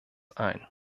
ein